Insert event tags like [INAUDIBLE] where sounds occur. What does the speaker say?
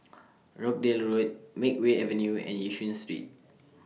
[NOISE] Rochdale Road Makeway Avenue and Yishun Street